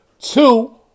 Two